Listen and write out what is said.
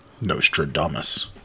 Nostradamus